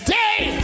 day